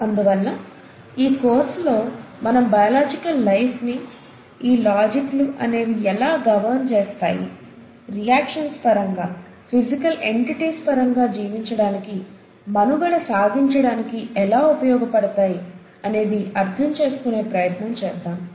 అందువల్ల ఈ కోర్సులో మనం బయోలాజికల్ లైఫ్ని ఈ లాజిక్లు అనేవి ఎలా గవర్న్ చేస్తాయి రియాక్షన్స్ పరంగా ఫిసికల్ ఎన్టిటీస్ పరంగా జీవించడానికి మనుగడ సాగించడానికి ఎలా ఉపయోగపడతాయి అనేది అర్థంచేసుకునే ప్రయత్నం చేద్దాం